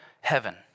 heaven